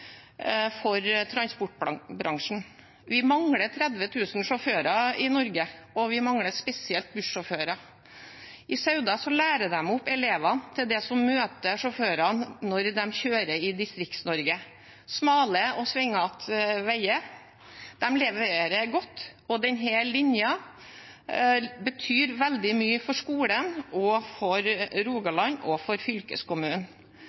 for transportbransjen. Vi mangler 30 000 sjåfører i Norge, og vi mangler spesielt bussjåfører. I Sauda lærer de opp elevene til det som møter sjåførene når de kjører i Distrikts-Norge: smale og svingete veier. De leverer godt, og denne linjen betyr veldig mye for skolen, for Rogaland og for fylkeskommunen.